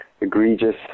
egregious